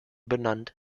benannt